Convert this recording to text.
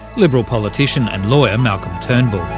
liberal politician and lawyer, malcolm turnbull.